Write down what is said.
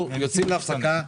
אנחנו יוצאים להפסקה,